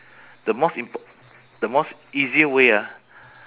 the most impo~ the most easy way ah